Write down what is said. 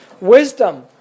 Wisdom